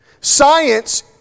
Science